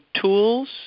tools